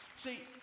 See